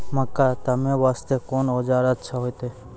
मक्का तामे वास्ते कोंन औजार अच्छा होइतै?